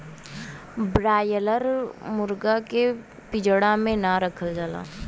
broiler मुरगा के पिजड़ा में ना रखल जाला